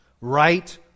right